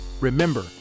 Remember